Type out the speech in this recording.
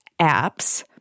apps